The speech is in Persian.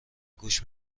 گوش